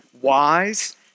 wise